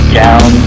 down